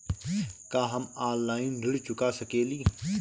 का हम ऑनलाइन ऋण चुका सके ली?